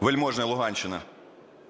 Вельможний, Луганщина.